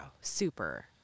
super